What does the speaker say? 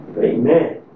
Amen